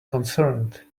concerned